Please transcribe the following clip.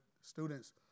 students